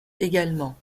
également